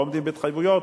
לא עומדים בהתחייבויות,